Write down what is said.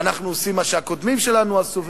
ואנחנו עושים מה שהקודמים שלנו עשו.